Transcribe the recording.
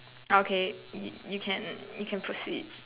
okay you can you can proceed